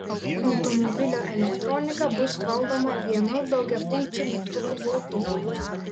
automobilio elektronika bus valdoma vienu daugiafunkciu mygtukų bloku